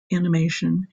animation